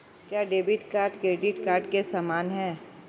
क्या debit card credit card के समान है?